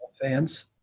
fans